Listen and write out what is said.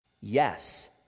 Yes